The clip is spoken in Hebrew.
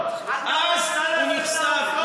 אותה, אדוני מרכז האופוזיציה.